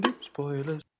Spoilers